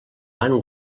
van